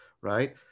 right